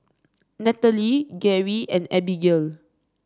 Nathaly Geri and Abigayle